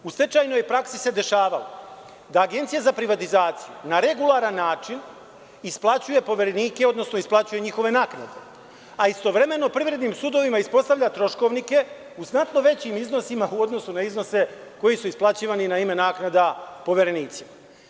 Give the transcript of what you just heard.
U stečajnoj praksi se dešavalo da Agencija za privatizaciju na regularan način isplaćuje poverenike, odnosno isplaćuje njihove naknade, a istovremeno privrednim sudovima ispostavlja troškovnike u znatno većim iznosima, u odnosu na iznose koji su isplaćivani na ime naknada poverenicima.